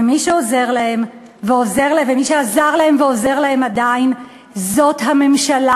ומי שעזר להם ועדיין עוזר להם זה הממשלה,